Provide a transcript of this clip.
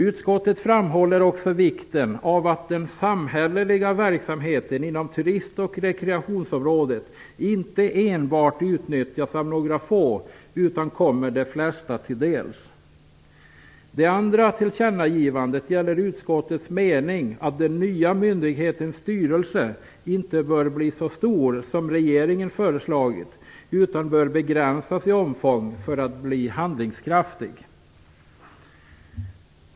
Utskottet framhåller också vikten av att den samhälleliga verksamheten inom turist och rekreationsområdet inte enbart utnyttjas av några få utan kommer de flesta till del. Det andra tillkännagivandet gäller utskottets mening att den nya myndighetens styrelse inte bör bli så stor som regeringen föreslagit. Den bör begränsas i omfång för att bli handlingskraftig.